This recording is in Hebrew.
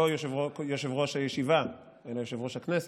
לא יושב-ראש הישיבה אלא יושב-ראש הכנסת,